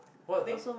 what you think